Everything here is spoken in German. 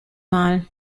mal